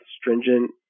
stringent